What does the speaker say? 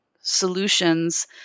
solutions